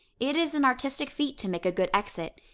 it is an artistic feat to make a good exit.